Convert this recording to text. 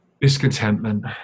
discontentment